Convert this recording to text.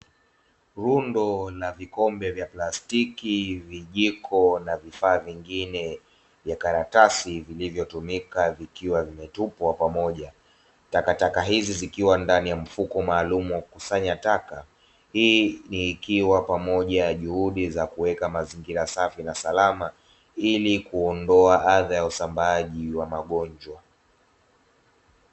Lundo na vikombe vya plastiki, vijiko na vifaa vingine vya karatasi vilivyotumika vikiwa vimetupwa pamoja, takataka hizi zikiwa ndani ya mfuko maalumu wa kukusanya taka .Hii ikiwa pamoja na juhudi za kuweka mazingira safi na salama ili kuondoa adha ya usambaaji wa magonjwa.